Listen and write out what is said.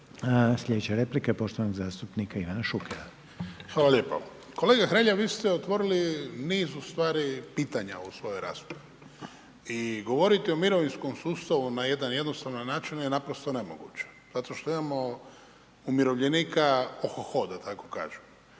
Slijedeća replika je poštovanog zastupnika Ivana Šukera. **Šuker, Ivan (HDZ)** Hvala lijepo. Kolega Hrelja, vi ste otvorili niz ustvari pitanja u svojoj raspravi i govoriti o mirovinskom sustav na jedan jednostavan način je naprosto nemoguće zato što imamo umirovljenika oho-ho da tako kažem.